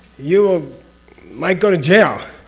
you ah might go to jail.